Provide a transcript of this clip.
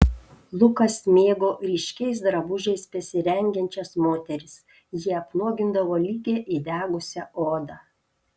lukas mėgo ryškiais drabužiais besirengiančias moteris jie apnuogindavo lygią įdegusią odą